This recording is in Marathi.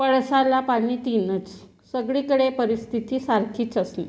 पळसाला पाने तीनच सगळीकडे परिस्थिती सारखीच असणे